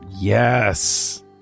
Yes